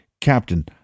Captain